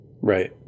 right